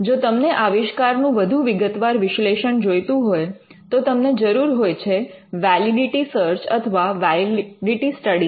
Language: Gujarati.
જો તમને આવિષ્કારનું વધુ વિગતવાર વિશ્લેષણ જોઈતું હોય તો તમને જરૂર હોય છે વૅલિડિટિ સર્ચ અથવા વૅલિડિટિ સ્ટડી ની